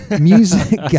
Music